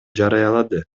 жарыялады